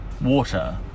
water